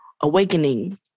awakening